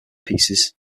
pieces